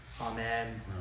Amen